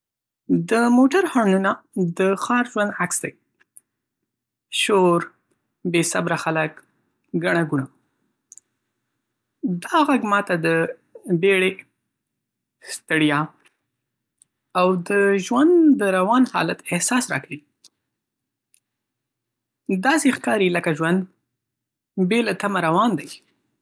د موټر هارنونه د ښار ژوند عکس دی؛ شور، بې صبره خلک، ګڼه ګوڼه. دا غږ ما ته د بیړه، ستړیا، او د ژوند د روان حالت احساس راکوي. داسې ښکاری لکه ژوند بې له تمه روان دی.